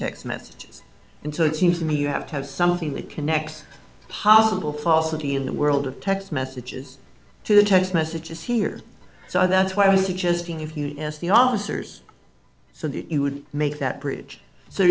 text messages until it seems to me you have to have something that connects possible falsity in the world of text messages to the text messages here so that's why i was suggesting if he asked the officers so that you would make that bridge so